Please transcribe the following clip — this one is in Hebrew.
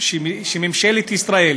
ממשלת ישראל